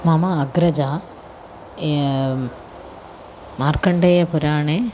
मम अग्रजा मार्कण्डेयपुराणे